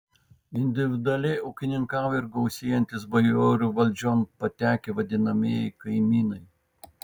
individualiai ūkininkavo ir gausėjantys bajorų valdžion patekę vadinamieji kaimynai